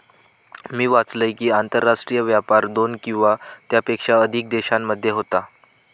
मी वाचलंय कि, आंतरराष्ट्रीय व्यापार दोन किंवा त्येच्यापेक्षा अधिक देशांमध्ये होता